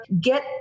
Get